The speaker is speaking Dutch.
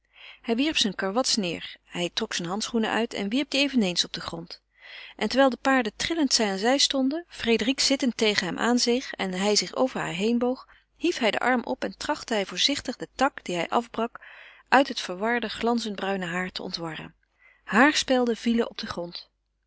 hij wierp zijn karwats neêr hij trok zijne handschoenen uit en wierp die eveneens op den grond en terwijl de paarden trillend zij aan zij stonden frédérique zittend tegen hem aanzeeg en hij zich over haar heenboog hief hij den arm op en trachtte hij voorzichtig den tak dien hij afbrak uit het verwarde glanzend bruine haar te ontwarren haarspelden vielen op den grond